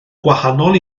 gwahanol